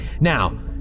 Now